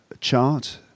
chart